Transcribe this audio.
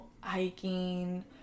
hiking